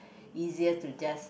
easier to just